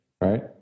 right